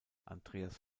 andreas